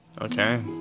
okay